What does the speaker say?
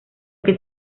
que